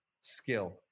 skill